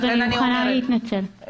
אני מוכנה להתנצל.